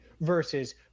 versus